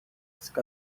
risk